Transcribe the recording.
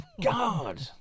God